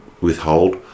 withhold